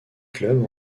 clubs